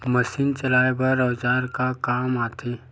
Machine चलाए बर औजार का काम आथे?